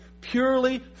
purely